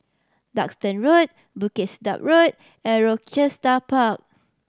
Duxton Road Bukit Sedap Road and Rochester Park